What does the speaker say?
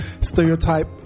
stereotype